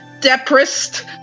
depressed